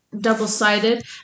double-sided